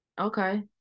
Okay